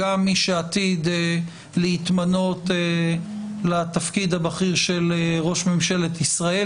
גם מי שעתיד להתמנות לתפקיד הבכיר של ראש ממשלת ישראל,